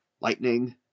Lightning